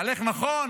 נכון,